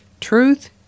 Truth